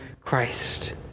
Christ